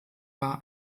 war